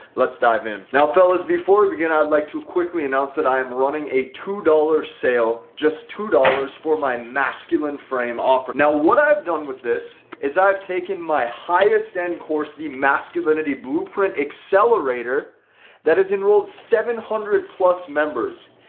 let's dive in now fellas before we begin, i'd like to quickly announce that i am running a two dollars sale just two dollars for my masculine frame offer now what i've done with this is i've taken my highest end course the masculinity blueprint accelerator that has enrolled seven hundred plus members.